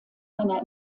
einer